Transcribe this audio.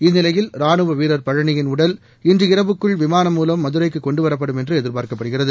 இந்நிலையில் ராணுவ வீரர் பழனியின் உடல் இன்று இரவுக்குள் விமாளம் மூலம் மதுரைக்கு கொண்டுவரப்படும் என்று எதிர்பார்க்கப்படுகிறது